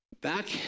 Back